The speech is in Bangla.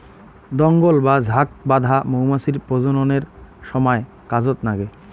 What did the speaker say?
দঙ্গল বা ঝাঁক বাঁধা মৌমাছির প্রজননের সমায় কাজত নাগে